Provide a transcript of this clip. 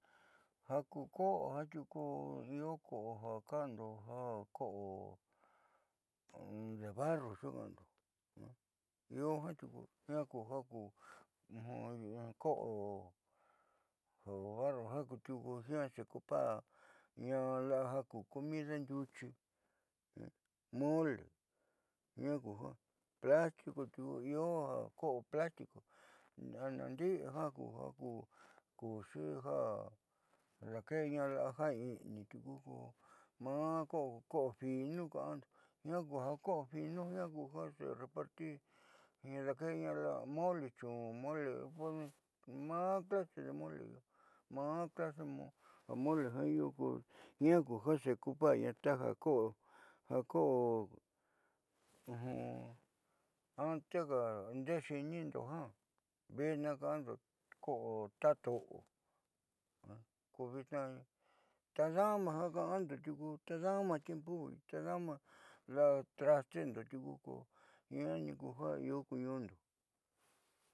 Ja ku ko'o jiaa tiuku io ko'o ja ka'ando ja ko'o de barro xuuka'ando io jiaa tiuku jiaa ku ja ku ko'o de barro ja kutiuu jiaa ku ja xeocuparña la'a ja ku comida ndiuchi mole jiaa kujiaa plastico tiuku io ja ko'o plastico anaandi'i jiaa ja kuuxi ja daake'eña la'aja i'ini tiuku ko maá ko'o ko'o finu ka'ando jiaa ku ja ko'o finú jiaa kuja xerepartirña daakeeña la'a mole chun mole maa clase de mole maa clase de mole jiaa io ko jiaa ku ja xeocuparnaa taja ko'o ja ko'o anteka ndeé xiinindo ja vitnaa ka'ando ta to'o ko vitna tadama ja ka'ando tiuku tadamo tiempo tadama datrastendo tiuku ko jiaani io ku ñu'undo.